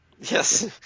Yes